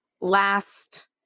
last